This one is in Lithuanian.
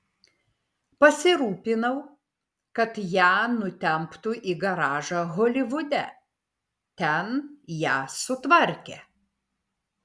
pasirūpinau kad ją nutemptų į garažą holivude ten ją sutvarkė